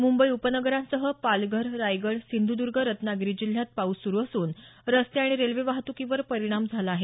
मुंबई उपनगरांसह पालघर रायगड सिंधुदर्ग रत्नागिरी जिल्ह्यात पाऊस सुरु असून रस्ते आणि रेल्वे वाहतुकीवर परिणाम झाला आहे